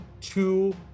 two